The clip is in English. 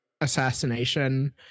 assassination